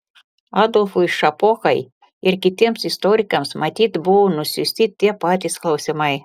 adolfui šapokai ir kitiems istorikams matyt buvo nusiųsti tie patys klausimai